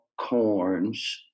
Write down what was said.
corns